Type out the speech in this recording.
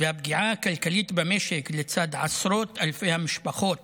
והפגיעה הכלכלית במשק לצד עשרות אלפי המשפחות